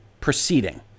proceeding